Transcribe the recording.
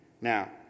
Now